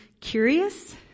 curious